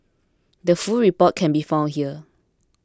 the full report can be found here